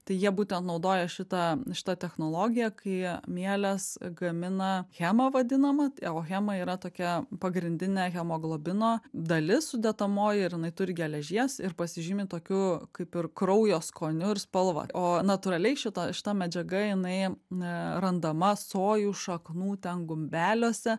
tai jie būtent naudoja šitą šitą technologiją kai mielės gamina hemą vadinamą o hemą yra tokia pagrindinė hemoglobino dalis sudedamoji ir jinai turi geležies ir pasižymi tokiu kaip ir kraujo skoniu ir spalva o natūraliai šita šita medžiaga jinai randama sojų šaknų ten gumbeliuose